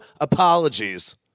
apologies